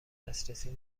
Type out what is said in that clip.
دسترسی